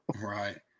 Right